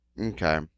okay